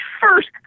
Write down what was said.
first